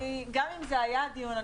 גם אם זה היה הדיון,